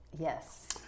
Yes